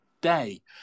day